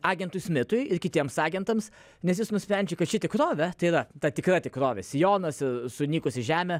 agentui smitui ir kitiems agentams nes jis nusprendžia kad ši tikrovė yra ta tikra tikrovė sijonas sunykusi žemė